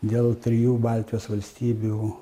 dėl trijų baltijos valstybių